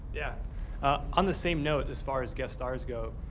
yeah ah on the same note, as far as guest stars go,